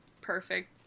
perfect